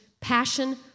passion